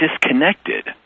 disconnected